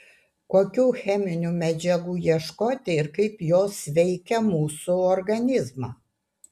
kokių cheminių medžiagų ieškoti ir kaip jos veikia mūsų organizmą